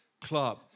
club